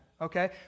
okay